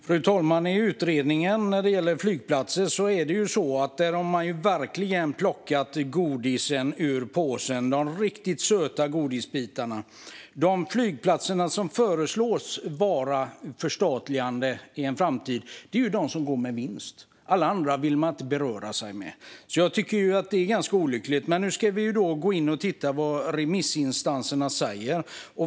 Fru talman! I utredningen som gäller flygplatser har man verkligen plockat godiset ur påsen - de riktigt söta godisbitarna. De flygplatser som föreslås bli förstatligade i framtiden är de som går med vinst. Alla de andra vill man inte beröra. Jag tycker att det är ganska olyckligt, men nu ska vi se vad remissinstanserna säger.